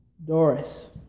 Doris